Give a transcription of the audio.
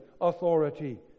authority